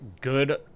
good